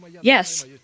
Yes